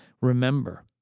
remember